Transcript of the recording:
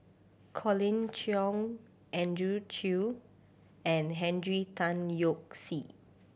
Colin Cheong Andrew Chew and Henry Tan Yoke See